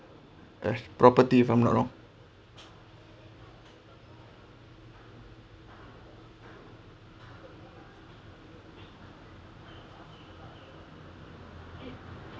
as property if I'm not wrong